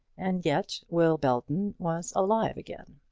and yet will belton was alive again.